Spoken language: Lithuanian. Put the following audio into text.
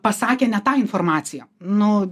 pasakė ne tą informaciją nu